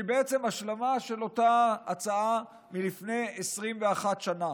שהיא בעצם אותה הצעה מלפני 21 שנה.